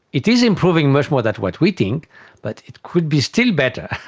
it is improving much more than what we think but it could be still better,